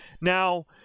Now